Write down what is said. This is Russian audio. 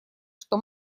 что